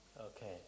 Okay